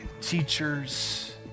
teachers